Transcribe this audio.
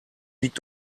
liegt